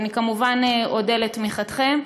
אני כמובן אודה על תמיכתכם.